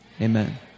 Amen